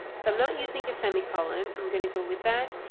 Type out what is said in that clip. so i'm not using a semicolon, i'm going to go with that.